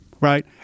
Right